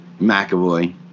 McAvoy